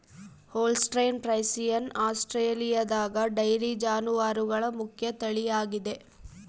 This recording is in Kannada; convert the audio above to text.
ಹೋಲ್ಸ್ಟೈನ್ ಫ್ರೈಸಿಯನ್ ಆಸ್ಟ್ರೇಲಿಯಾದಗ ಡೈರಿ ಜಾನುವಾರುಗಳ ಮುಖ್ಯ ತಳಿಯಾಗಿದೆ